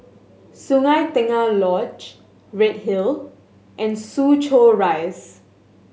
Sungei Tengah Lodge Redhill and Soo Chow Rise